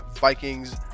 Vikings